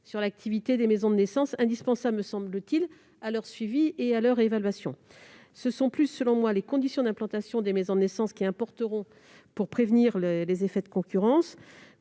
sur l'activité des maisons de naissance pourtant indispensable à leur suivi et à leur évaluation. Ce sont plus les conditions d'implantation des maisons de naissance qui importeront pour prévenir les effets de concurrence.